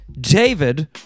David